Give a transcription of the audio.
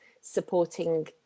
supporting